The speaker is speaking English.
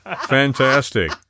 Fantastic